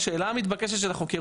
השאלה המתבקשת של החוקר,